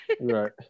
Right